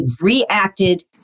reacted